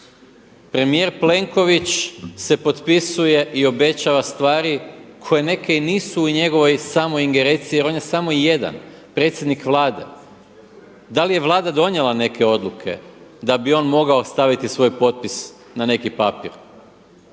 Premijer Plenković se potpisuje i obećava stvari koje neke i nisu u njegovoj samoj ingerenciji jer on je samo jedan, predsjednik Vlade. Da li je Vlada donijela neke odluke da bi on mogao staviti svoj potpis na neki papir?